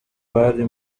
wari